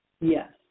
Yes